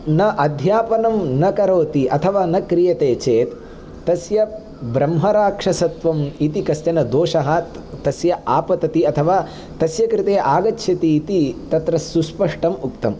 न अध्यापनं न करोति अथवा न क्रियते चेत् तस्य ब्रह्मराक्षसत्वम् इति कश्चन दोषः तस्य आपतति अथवा तस्य कृते आगच्छति इति तत्र सुस्पष्टम् उक्तम्